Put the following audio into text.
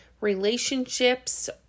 relationships